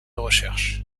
recherche